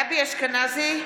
גבי אשכנזי,